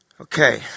Okay